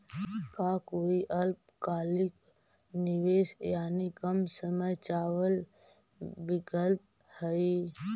का कोई अल्पकालिक निवेश यानी कम समय चावल विकल्प हई?